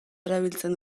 erabiltzen